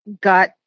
got